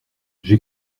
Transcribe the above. j’ai